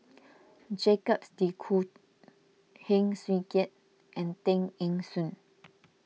Jacques De Coutre Heng Swee Keat and Tay Eng Soon